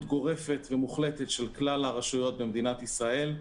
גורפת ומוחלטת של כלל הרשויות במדינת ישראל.